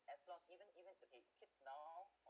as long even even okay kids now